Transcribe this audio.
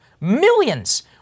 Millions